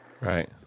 Right